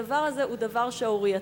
הדבר הזה הוא דבר שערורייתי.